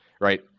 right